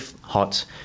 hot